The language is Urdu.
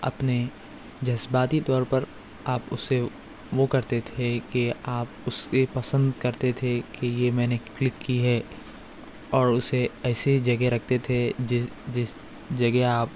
اپنے جذدباتی طور پر آپ اس سے وہ کرتے تھے کہ آپ اس لئے پسند کرتے تھے کہ یہ میں نے کلک کی ہے اور اسے ایسی جگہ رکھتے تھے جس جس جگہ آپ